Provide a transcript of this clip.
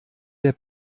der